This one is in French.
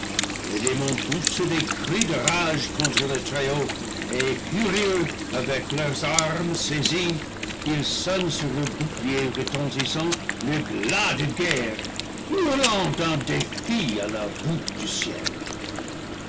les démons poussent des cris de rage contre le trèshaut et furieux avec leurs armes saisies ils sonnent sur leurs boucliers retentissants le glas de guerre hurlant un défi à la voûte du ciel